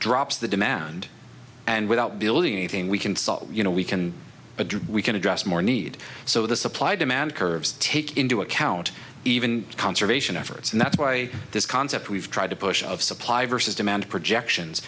drops the demand and without building anything we can solve you know we can address we can address more need so the supply demand curves take into account even conservation efforts and that's why this concept we've tried to push of supply versus demand projections